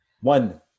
One